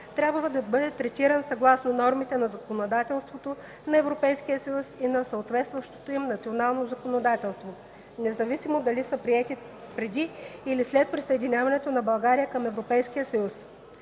трябва да бъде третиран съгласно нормите на законодателството на Европейския съюз и на съответстващото им национално законодателство, независимо дали са приети преди или след присъединяването на България към Европейския съюз.